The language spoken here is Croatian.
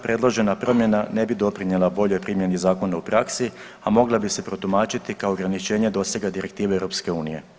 Predložena promjena ne bi doprinijela boljoj primjeni zakona u praksi, a mogla bi se protumačiti kao ograničenje dosega Direktive EU.